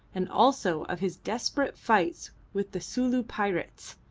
and also of his desperate fights with the sulu pirates,